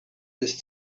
this